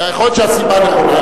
יכול להיות שהסיבה נכונה,